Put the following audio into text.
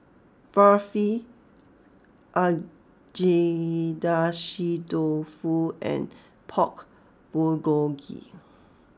Barfi Agedashi Dofu and Pork Bulgogi